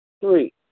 Three